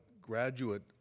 graduate